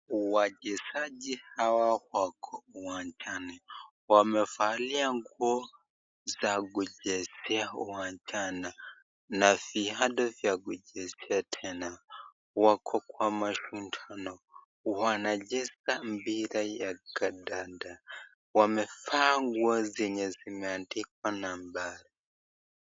Wachezaji hawa wako uwanjani. Wamevalia nguo za kuchezea uwanjani na viatu vya kuchezea tena. Wako kwa mashindano, wanacheza mpira ya kandanda. Wamevaa nguo zenye zimeandikwa number